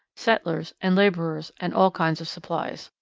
settlers and labourers, and all kinds of supplies.